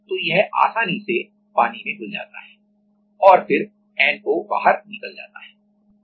तो यह आसानी पानी में घुल जाता है और फिर NO बाहर निकल जाता है